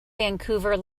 vancouver